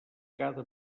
cada